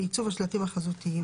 (2.1.4) ועיצוב השלטים החזותיים